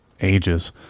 ages